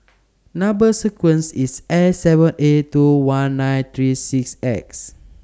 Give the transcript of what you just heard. Number sequence IS S seven eight two one nine three six X